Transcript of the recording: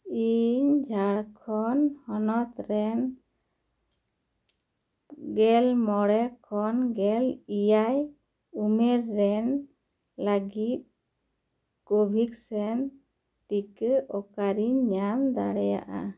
ᱤᱧ ᱡᱷᱟᱲᱠᱷᱚᱱᱰ ᱦᱚᱱᱚᱛ ᱨᱮᱱ ᱜᱮᱞ ᱢᱚᱬᱮ ᱠᱷᱚᱱ ᱜᱮᱞ ᱮᱭᱟᱭ ᱩᱢᱮᱨ ᱨᱮᱱ ᱞᱟᱜᱤᱫ ᱠᱳᱵᱷᱤᱠᱥᱮᱱ ᱴᱤᱠᱟᱹ ᱚᱠᱟᱨᱮᱧ ᱧᱟᱢ ᱫᱟᱲᱮᱭᱟᱜᱼᱟ